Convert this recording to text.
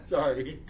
Sorry